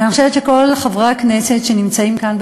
ואני חושבת שכל חברי הכנסת שנמצאים כאן,